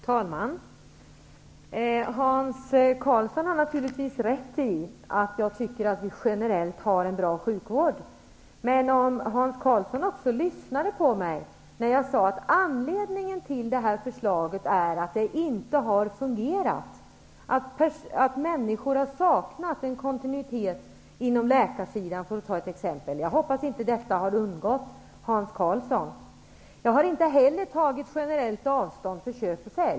Herr talman! Hans Karlsson har naturligtvis rätt i att jag tycker att vi generellt har en bra sjukvård. Men om Hans Karlsson också hade lyssnat på mig hade han hört när jag sade att anledningen till det här förslaget är att det inte har fungerat, att människor har saknat en kontinuitet på läkarsidan, för att ta ett exempel. Jag hoppas att inte detta har undgått Hans Karlsson. Jag har inte heller tagit generellt avstånd från köp och sälj.